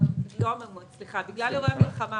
אירועי המלחמה